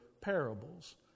parables